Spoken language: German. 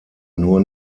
nur